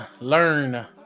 Learn